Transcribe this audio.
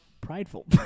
prideful